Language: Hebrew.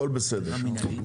הכול בסדר.